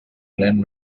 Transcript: glenn